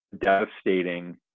devastating